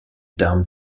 d’armes